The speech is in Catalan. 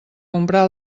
comprar